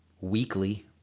weekly